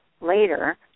later